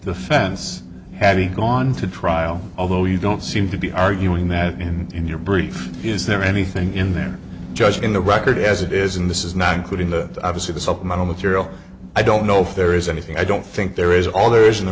the fence had he gone to trial although you don't seem to be arguing that in in your brief is there anything in there just in the record as it is in this is not including the obviously the supplemental material i don't know if there is anything i don't think there is all there is in the